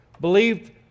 believed